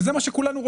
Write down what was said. וזה מה שכולנו רוצים.